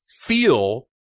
feel